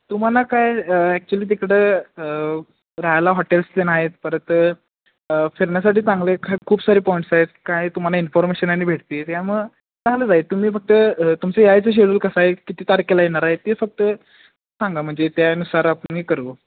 तुम्हाला काय ॲक्च्युली तिकडं राहायला हॉटेल्स तेन आहेत परत फिरण्यासाठी चांगले काय खूप सारे पॉईंट्स आहेत काय तुम्हाला इन्फॉर्मेशन आणि भेटते त्यामुळं चांगलंच आहे तुम्ही फक्त तुमचं यायचं शेड्यूल कसं आहे किती तारखेला येणार आहे ते फक्त सांगा म्हणजे त्यानुसार आपण हे करू